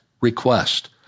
request